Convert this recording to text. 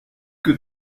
que